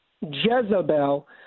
Jezebel